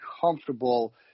comfortable